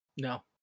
No